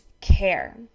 care